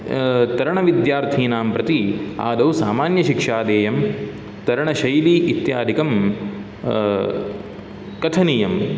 तरणविद्यार्थिनां प्रति आदौ सामान्यशिक्षा देयं तरणशैली इत्यादिकं कथनीयं